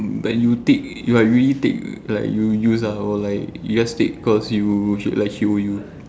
but you take like you really take like you use lah or like you just take cause you like she owe you